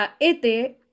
et